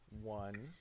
one